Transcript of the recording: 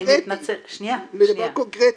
אני מתנצלת --- אני רוצה להתייחס לדבר קונקרטי.